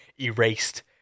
erased